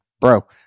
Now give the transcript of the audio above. bro